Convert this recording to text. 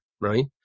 right